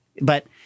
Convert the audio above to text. but-